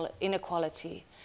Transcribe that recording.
inequality